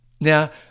Now